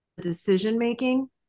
decision-making